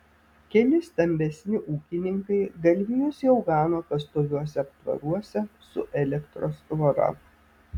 keli stambesni ūkininkai galvijus jau gano pastoviuose aptvaruose su elektros tvora